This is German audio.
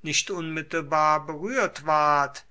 nicht unmittelbar berührt ward